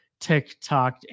TikTok